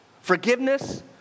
Forgiveness